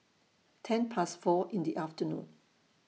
ten Past four in The afternoon